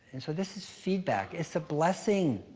and so, this is feedback. it's a blessing.